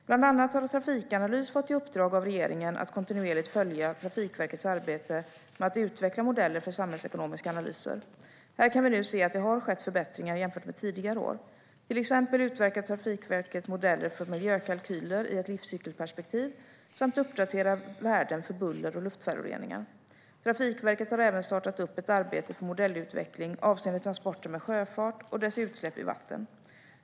Bland annat har Trafikanalys fått i uppdrag av regeringen att kontinuerligt följa Trafikverkets arbete med att utveckla modeller för samhällsekonomiska analyser. Här kan vi nu se att det har skett förbättringar jämfört med tidigare år. Till exempel utvecklar Trafikverket modeller för miljökalkyler i ett livscykelperspektiv samt uppdaterar värden för buller och luftföroreningar. Trafikverket har även startat upp ett arbete för modellutveckling avseende transporter med sjöfart och dess utsläpp i vatten.